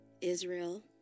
Israel